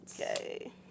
Okay